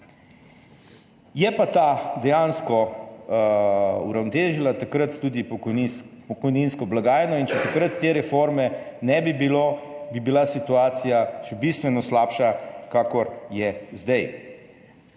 Je pa ta dejansko uravnotežila takrat tudi pokojninsko blagajno. Če takrat te reforme ne bi bilo, bi bila situacija še bistveno slabša, kakor je zdaj.